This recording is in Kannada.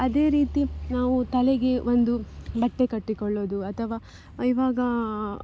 ಅದೇ ರೀತಿ ನಾವು ತಲೆಗೆ ಒಂದು ಬಟ್ಟೆ ಕಟ್ಟಿಕೊಳ್ಳುವುದು ಅಥವಾ ಇವಾಗ